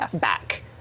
back